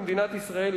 במדינת ישראל,